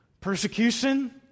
persecution